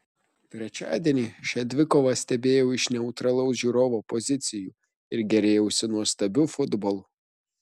trečiadienį šią dvikovą stebėjau iš neutralaus žiūrovo pozicijų ir gėrėjausi nuostabiu futbolu